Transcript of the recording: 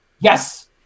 Yes